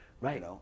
right